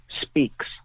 Speaks